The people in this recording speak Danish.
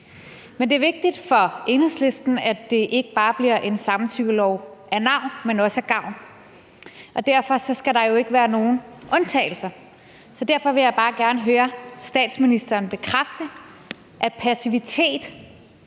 Men det er vigtigt for Enhedslisten, at det ikke bare bliver en samtykkelov af navn, men også af gavn. Og derfor skal der jo ikke være nogen undtagelser. Derfor vil jeg bare gerne høre statsministeren bekræfte, at passivitet